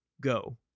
Go